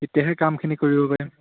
তেতিয়াহে কামখিনি কৰিব পাৰিম